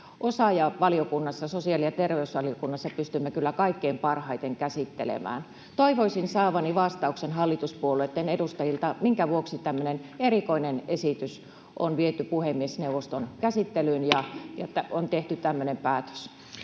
osaajavaliokunnassa, sosiaali- ja terveysvaliokunnassa, pystymme kaikkein parhaiten käsittelemään. Toivoisin saavani vastauksen hallituspuolueitten edustajilta: minkä vuoksi tämmöinen erikoinen esitys on viety puhemiesneuvoston käsittelyyn ja tehty tämmöinen päätös?